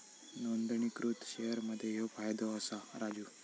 नोंदणीकृत शेअर मध्ये ह्यो फायदो असा राजू